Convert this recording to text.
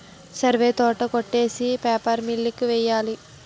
సరివే తోట కొట్టేసి paper mill కి వెయ్యాలి